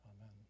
Amen